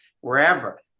wherever